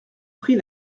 prix